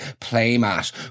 playmat